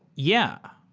yeah,